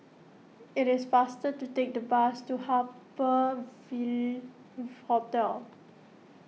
it is faster to take the bus to Harbour Ville Hotel